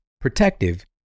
protective